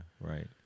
Right